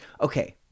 okay